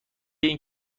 این